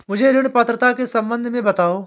मुझे ऋण पात्रता के सम्बन्ध में बताओ?